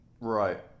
Right